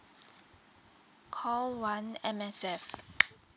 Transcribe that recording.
call one M_S_F